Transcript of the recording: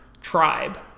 tribe